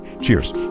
Cheers